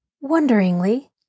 Wonderingly